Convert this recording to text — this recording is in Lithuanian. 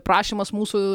prašymas mūsų